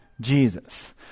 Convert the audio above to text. Jesus